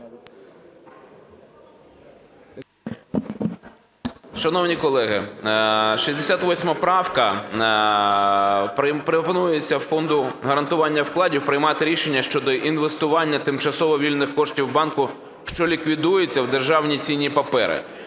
Шановні колеги, 68 правка. Пропонується Фонду гарантування вкладів приймати рішення щодо інвестування тимчасово вільних коштів банку, що ліквідується, в державні цінні папери.